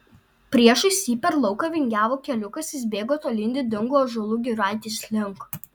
priešais jį per lauką vingiavo keliukas jis bėgo tolyn didingų ąžuolų giraitės link